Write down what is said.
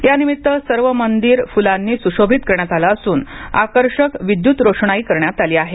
यानिमित्त सर्व मंदिर फुलांनी स्शोभित करण्यात आले असून आकर्षक विद्य़त रोषणाई करण्यात आली आहे